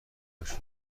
باشی